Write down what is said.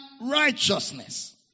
righteousness